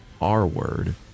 R-Word